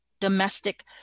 domestic